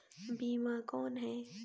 बीमा कौन है?